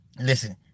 Listen